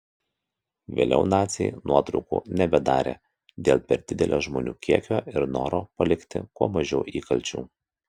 vėliau naciai nuotraukų nebedarė dėl per didelio žmonių kiekio ir noro palikti kuo mažiau įkalčių